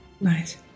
Nice